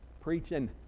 preaching